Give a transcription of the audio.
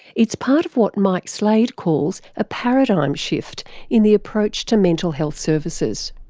it's part of what mike slade calls a paradigm shift in the approach to mental health services.